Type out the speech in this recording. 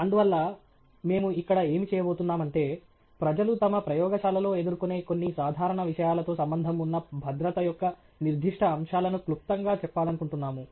అందువల్ల మేము ఇక్కడ ఏమి చేయబోతున్నాం అంటే ప్రజలు తమ ప్రయోగశాలలలో ఎదుర్కొనే కొన్ని సాధారణ విషయాలతో సంబంధం ఉన్న భద్రత యొక్క నిర్దిష్ట అంశాలను క్లుప్తంగా చెప్పాలనుకుంటున్నాము